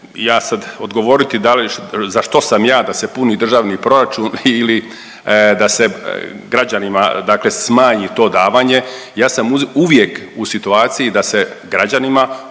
ja sad odgovoriti da li, za što sam ja da se puni državni proračun ili da se građanima dakle smanji to davanje, ja sam uvijek u situaciji da se građanima